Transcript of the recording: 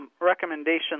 Recommendation